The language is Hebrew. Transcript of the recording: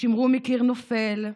שמרו מקיר נופל,